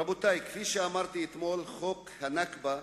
רבותי, כפי שאמרתי אתמול, חוק ה"נכבה",